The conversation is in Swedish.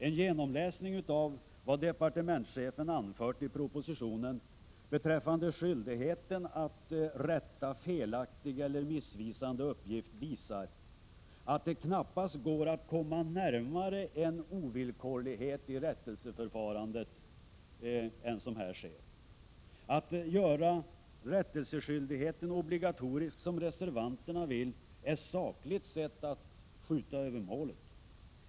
En genomläsning av vad departementschefen anfört i propositionen beträffande skyldigheten att rätta felaktig eller missvisande uppgift visar att det knappast går att komma närmare en ovillkorlighet i rättelseförfarandet. Att, som reservanterna vill, göra rättelseskyldigheten obligatorisk är, sakligt sett, att skjuta över målet.